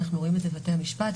חוק ומשפט,